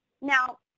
Now